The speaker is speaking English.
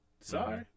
Sorry